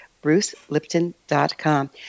BruceLipton.com